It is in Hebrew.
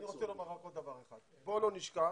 אני רוצה לומר רק עוד דבר אחד, בוא לא נשכח